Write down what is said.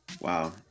Wow